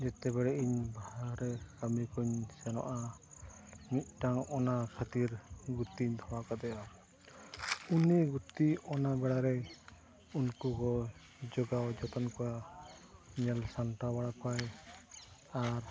ᱡᱮᱛᱮ ᱵᱮᱲᱮ ᱤᱧ ᱵᱟᱨᱦᱮ ᱠᱟᱹᱢᱤ ᱠᱚᱧ ᱥᱮᱱᱚᱜᱼᱟ ᱢᱤᱫ ᱴᱟᱝ ᱚᱱᱟ ᱠᱷᱟᱹᱛᱤᱨ ᱜᱩᱛᱤᱧ ᱫᱚᱦᱚ ᱟᱠᱟᱫᱮᱭᱟ ᱩᱱᱤ ᱜᱩᱛᱤ ᱚᱱᱟ ᱵᱮᱲᱟ ᱨᱮ ᱩᱱᱠᱩ ᱠᱚ ᱡᱚᱜᱟᱣ ᱡᱚᱛᱚᱱ ᱠᱚᱣᱟ ᱧᱮᱞ ᱥᱟᱢᱴᱟᱣ ᱵᱟᱲᱟ ᱠᱚᱣᱟᱭ ᱟᱨ